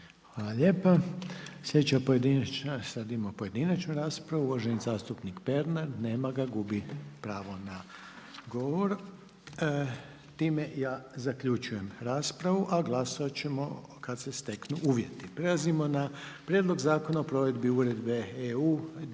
Hvala lijepa. Sad imamo pojedinačnu raspravu, uvaženi zastupnik Pernar, nema ga, gubi pravo na govor. Time ja zaključujem raspravu, a glasovat ćemo kad se steknu uvjeti. **Jandroković, Gordan